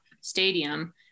stadium